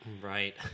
Right